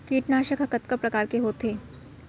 कीटनाशक ह कतका प्रकार के होथे?